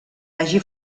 hagi